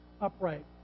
upright